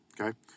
Okay